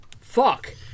fuck